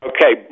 Okay